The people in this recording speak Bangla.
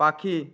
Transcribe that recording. পাখি